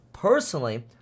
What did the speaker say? Personally